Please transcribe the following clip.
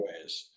ways